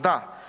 Da.